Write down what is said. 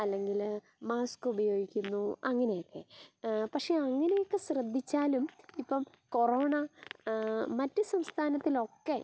അല്ലങ്കില് മാസ്ക് ഉപയോഗിക്കുന്നു അങ്ങനെയൊക്കെ പക്ഷേ അങ്ങനെയൊക്കെ ശ്രദ്ധിച്ചാലും ഇപ്പം കൊറോണ മറ്റ് സംസ്ഥാനത്തിലൊക്കെ